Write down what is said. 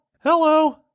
Hello